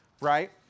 right